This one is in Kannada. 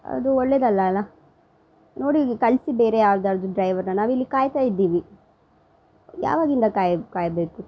ಅದು ಒಳ್ಳೆದಲ್ಲ ಅಲ್ಲಾ ನೋಡಿ ಈಗ ಕಳಿಸಿ ಬೇರೆ ಯಾವುದಾದ್ರೂ ಡ್ರೈವರ್ನ ನಾವಿಲ್ಲಿ ಕಾಯ್ತಾ ಇದ್ದೀವಿ ಯಾವಾಗಿಂದ ಕಾಯ್ ಕಾಯಬೇಕು